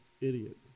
Idiot